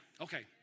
Okay